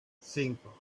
cinco